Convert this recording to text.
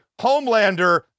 Homelander